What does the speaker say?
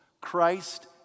Christ